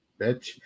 bitch